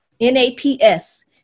N-A-P-S